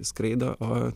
skraido o